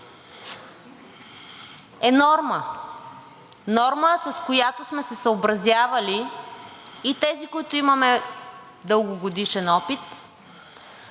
е норма – норма, с която сме се съобразявали, и тези, които имаме дългогодишен опит,